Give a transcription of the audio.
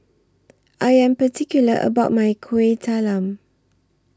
I Am particular about My Kuih Talam